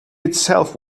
itself